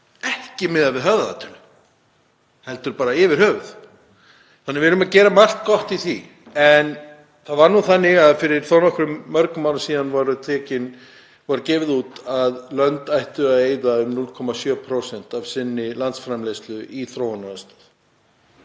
ekki miðað við höfðatölu heldur bara yfir höfuð, þannig að við erum að gera margt gott í því. En það var nú þannig að fyrir þó nokkuð mörgum árum síðan var gefið út að lönd ættu að eyða um 0,7% af sinni landsframleiðslu í þróunaraðstoð.